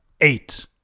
eight